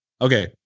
Okay